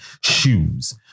shoes